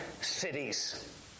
cities